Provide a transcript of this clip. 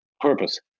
purpose